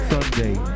Sunday